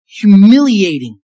humiliating